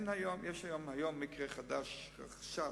יש היום מקרה חדש, חשש,